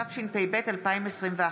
התשפ"ב 2021,